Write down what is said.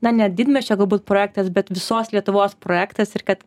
na ne didmiesčio galbūt projektas bet visos lietuvos projektas ir kad